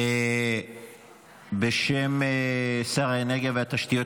בשם שר האנרגיה והתשתיות,